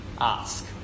ask